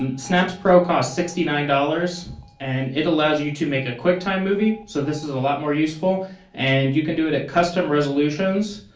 and snaps pro costs sixty-nine dollars and it allows you to make a quick time movie. so this is a lot more useful and you can do it it custom resolutions.